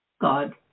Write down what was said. God